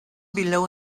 below